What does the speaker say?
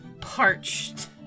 parched